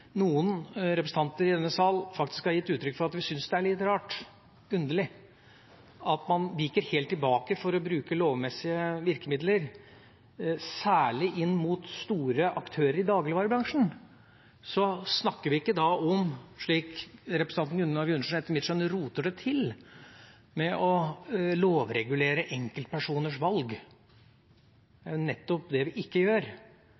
noen representanter i denne sal faktisk har gitt uttrykk for at vi syns det er litt rart, underlig, at man viker helt tilbake for å bruke lovmessige virkemidler særlig inn mot store aktører i dagligvarebransjen, så snakker vi ikke da om – slik representanten Gunnar Gundersen etter mitt skjønn roter det til – å lovregulere enkeltpersoners valg. Det er jo nettopp det vi ikke gjør.